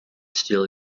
steal